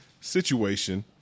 situation